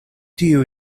tiu